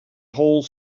whole